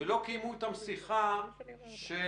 ולא קיימו אתם שיחה של